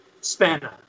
spanner